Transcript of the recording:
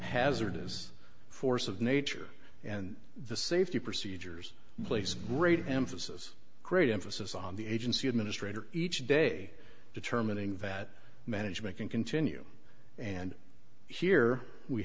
hazardous force of nature and the safety procedures in place great emphasis great emphasis on the agency administrator each day determining that management can continue and here we